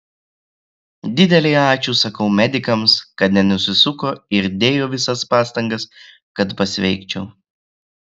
didelį ačiū sakau medikams kad nenusisuko ir dėjo visas pastangas kad pasveikčiau